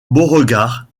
beauregard